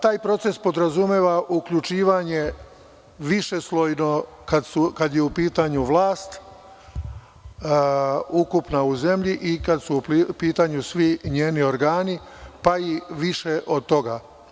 Taj proces podrazumeva višeslojno uključivanje kad je u pitanju vlast, ukupna u zemlji i kad su u pitanju svi njeni organi, pa i više od toga.